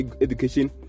education